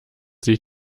sich